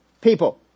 people